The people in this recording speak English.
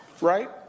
right